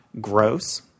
gross